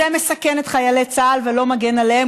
זה מסכן את חיילי צה"ל ולא מגן עליהם,